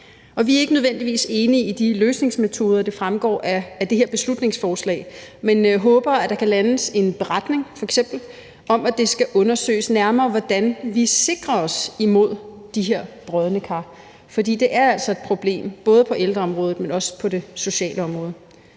Vi er ikke nødvendigvis enige i de løsningsforslag, der fremgår at det her beslutningsforslag, men jeg håber, der kan landes en beretning f.eks. om, at det skal undersøges nærmere, hvordan vi sikrer os mod de her brodne kar. For det er altså et problem ikke bare på ældreområdet, men også på det sociale område.